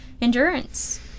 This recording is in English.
endurance